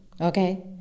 okay